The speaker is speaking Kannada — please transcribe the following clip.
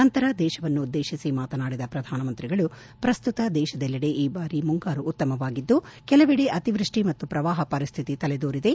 ನಂತರ ದೇಶವನ್ನುದ್ದೇಶಿಸಿ ಮಾತನಾಡಿದ ಪ್ರಧಾನ ಮಂತ್ರಿಗಳು ಪ್ರಸ್ತುತ ದೇಶದೆಲ್ಲೆಡೆ ಈ ಬಾರಿ ಮುಂಗಾರು ಉತ್ತಮವಾಗಿದ್ದು ಕೆಲವೆಡೆ ಅತಿವೃಷ್ಷಿ ಮತ್ತು ಪ್ರವಾಹ ಪರಿಸ್ನಿತಿ ತಲೆದೋರಿದೆ